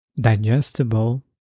digestible